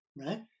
right